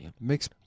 Makes